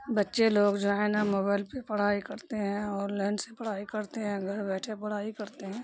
بچے لوگ جو ہے نا موبائل پہ پڑھائی کرتے ہیں آن لائن سے پڑھائی کرتے ہیں گھر بیٹھے پڑھائی کرتے ہیں